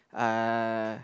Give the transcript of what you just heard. uh